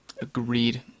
Agreed